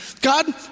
God